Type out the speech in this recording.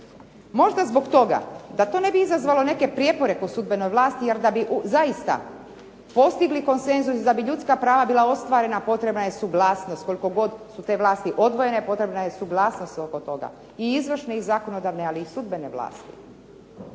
Možda zbog toga da to ne bi izazvalo neke prijepore u sudbenoj vlasti jer da bi zaista postigli konsenzus i da bi ljudska prava bila ostvarena potrebna je suglasnost koliko god su te vlasti odvojene potrebna je suglasnost oko toga i izvršne i zakonodavne, ali i sudbene vlasti.